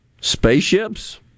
spaceships